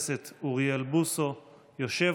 החוק לתיקון פקודת הרופאים (מס' 13 והוראת שעה)